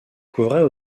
couvraient